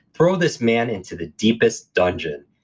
throw this man into the deepest dungeon.